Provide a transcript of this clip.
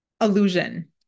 illusion